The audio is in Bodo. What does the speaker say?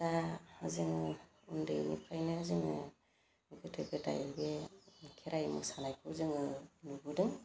दा जोङो उन्दैनिफ्रायनो जोङो गोदो गोदाय बे खेराइ मोसानायखौ जोङो नुबोदों